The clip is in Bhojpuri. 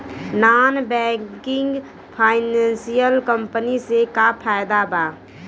नॉन बैंकिंग फाइनेंशियल कम्पनी से का फायदा बा?